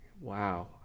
Wow